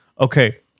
Okay